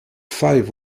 five